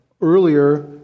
earlier